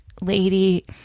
lady